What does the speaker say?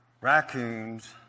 raccoons